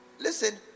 listen